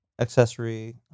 Accessory